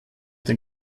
den